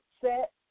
set